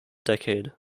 decade